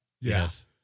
Yes